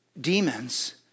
Demons